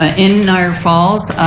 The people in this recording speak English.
ah in niagra falls,